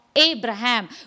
Abraham